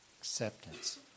acceptance